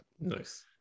nice